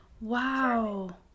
Wow